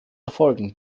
verfolgen